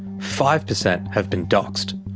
five percent have been doxed.